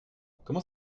comment